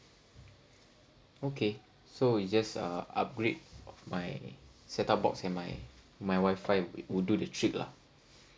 okay so it just uh upgrade my set up box and my my wifi would do the trick lah